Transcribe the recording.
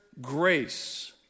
grace